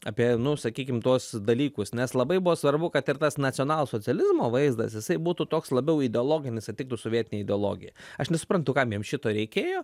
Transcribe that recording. apie nu sakykim tuos dalykus nes labai buvo svarbu kad ir tas nacionalsocializmo vaizdas jisai būtų toks labiau ideologinis ir tiktų sovietinei ideologijai aš nesuprantu kam jam šito reikėjo